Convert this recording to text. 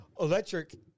Electric